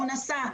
הוא נשא,